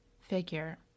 figure